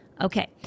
Okay